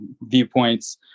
viewpoints